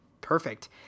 perfect